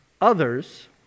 others